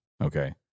Okay